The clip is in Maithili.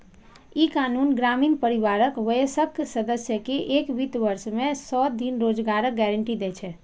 ई कानून ग्रामीण परिवारक वयस्क सदस्य कें एक वित्त वर्ष मे सय दिन रोजगारक गारंटी दै छै